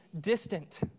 distant